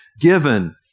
given